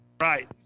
right